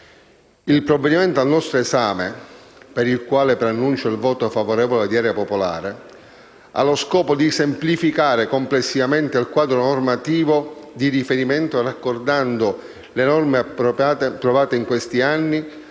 Il provvedimento al nostro esame, per il quale preannuncio il voto favorevole di Area popolare, ha lo scopo di semplificare complessivamente il quadro normativo di riferimento raccordando le norme approvate in questi anni;